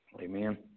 Amen